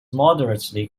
moderately